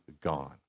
gone